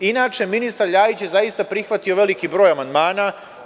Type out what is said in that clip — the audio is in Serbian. Inače, ministar Ljajić je zaista prihvatio veliki broj amandmana.